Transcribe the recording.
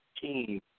team